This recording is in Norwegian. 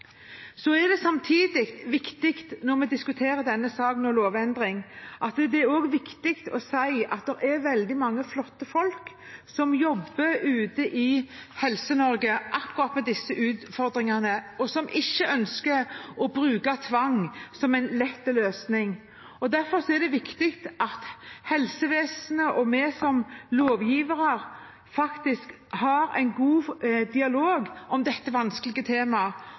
Når vi diskuterer denne saken om lovendring, er det også viktig å si at det er veldig mange flotte folk som jobber ute i Helse-Norge med akkurat disse utfordringene, og som ikke ønsker å bruke tvang som en lett løsning. Derfor er det viktig at helsevesenet og vi som lovgivere har en god dialog om dette vanskelige temaet